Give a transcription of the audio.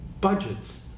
budgets